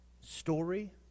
story